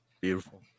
Beautiful